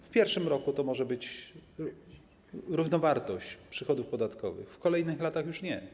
W pierwszym roku to może być równowartość przychodów podatkowych, w kolejnych latach już nie.